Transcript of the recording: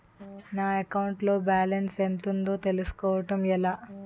నా అకౌంట్ లో బాలన్స్ ఎంత ఉందో తెలుసుకోవటం ఎలా?